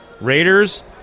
raiders